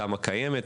תמ"א קיימת,